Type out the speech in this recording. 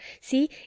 See